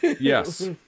Yes